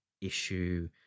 issue